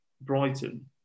Brighton